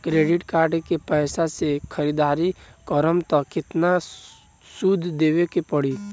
Credit card के पैसा से ख़रीदारी करम त केतना सूद देवे के पड़ी?